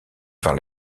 vers